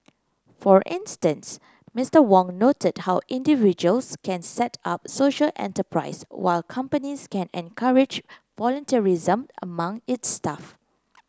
for instance Mister Wong noted how individuals can set up social enterprise while companies can encourage volunteerism among its staff